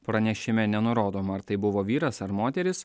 pranešime nenurodoma ar tai buvo vyras ar moteris